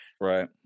right